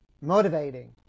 motivating